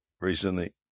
recently